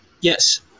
Yes